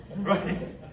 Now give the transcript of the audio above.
right